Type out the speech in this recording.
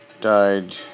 died